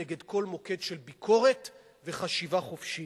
נגד כל מוקד של ביקורת וחשיבה חופשית.